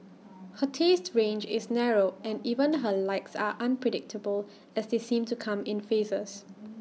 her taste range is narrow and even her likes are unpredictable as they seem to come in phases